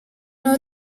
non